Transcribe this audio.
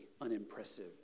unimpressive